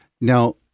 Now